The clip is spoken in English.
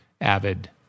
avid